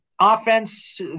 offense